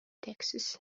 taxes